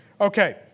Okay